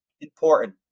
important